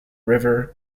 river